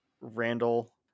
Randall